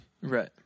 Right